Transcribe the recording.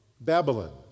Babylon